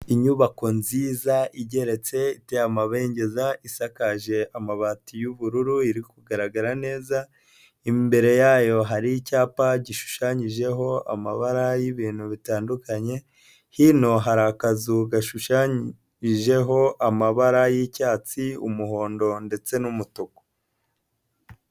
Inyubako nziza igeretse iteye amabengeza, isakaje amabati y'ubururu iri kugaragara neza. Imbere yayo hari icyapa gishushanyijeho amabara y'ibintu bitandukanye. Hino hari akazu gashushanyijeho amabara y'icyatsi umuhondo ndetse n'umutuku.